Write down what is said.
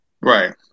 Right